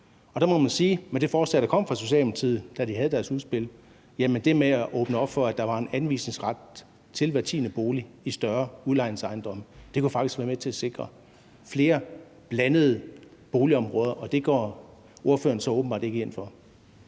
Og der må man med det forslag eller udspil, der kom fra Socialdemokratiet – det med at åbne op for, at der var en anvisningsret til hver tiende bolig i større udlejningsejendomme – sige, at det faktisk kunne være med til at sikre flere blandede boligområder, og det går ordføreren så åbenbart ikke ind for.